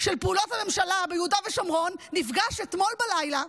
של פעולות הממשלה ביהודה ושומרון נפגש אתמול בלילה,